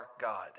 God